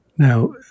Now